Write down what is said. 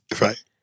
Right